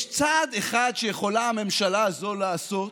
יש צעד אחד שיכולה הממשלה הזו לעשות,